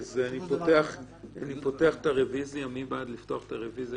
אז אני פותח את הרביזיה, מי בעד לקבל את הרביזיה?